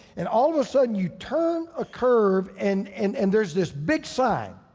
and all of a sudden you turn a curve and and and there's this big sign.